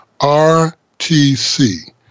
R-T-C